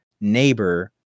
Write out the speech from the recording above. neighbor